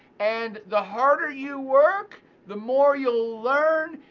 and the harder you work the more you will learn.